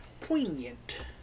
Poignant